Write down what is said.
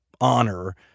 honor